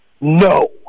No